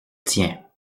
tiens